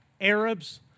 Arabs